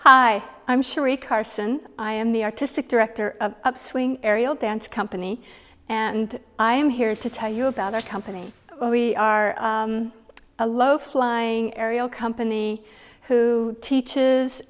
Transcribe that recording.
hi i'm sure a carson i am the artistic director of upswing aerial dance company and i am here to tell you about our company where we are a low flying aerial company who teaches